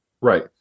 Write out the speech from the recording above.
Right